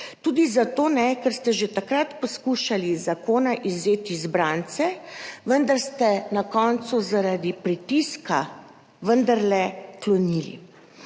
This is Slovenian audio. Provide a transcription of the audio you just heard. tudi zato ne, ker ste že takrat poskušali iz zakona izvzeti izbrance, vendar ste na koncu zaradi pritiska vendarle klonili.